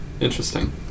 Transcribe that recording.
interesting